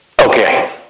Okay